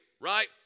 right